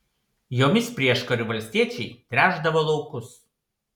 jomis prieškariu valstiečiai tręšdavo laukus